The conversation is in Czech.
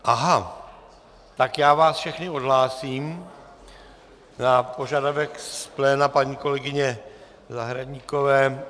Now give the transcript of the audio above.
Aha, tak já vás všechny odhlásím na požadavek z pléna paní kolegyně Zahradníkové.